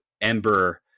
Ember